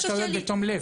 יש טעויות בתום לב.